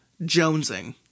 jonesing